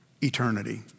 eternity